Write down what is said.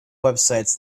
websites